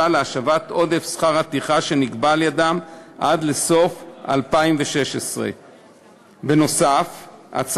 להשבת עודף שכר הטרחה שנגבה על-ידיהם עד סוף 2016. נוסף על כך,